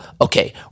okay